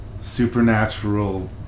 supernatural